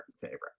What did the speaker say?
favorite